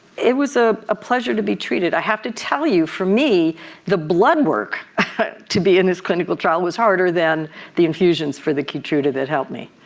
it was a pleasure to be treated. i have to tell you, for me the blood work to be in this clinical trial was harder than the infusions for the keytruda that helped me.